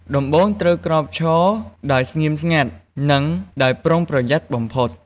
ដំបូងត្រូវក្រោកឈរដោយស្ងៀមស្ងាត់ និងដោយប្រុងប្រយ័ត្នបំផុត។